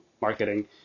marketing